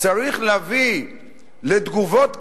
צריך להביא לתגובות כאלה,